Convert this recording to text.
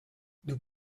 nous